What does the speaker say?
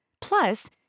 Plus